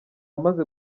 amaze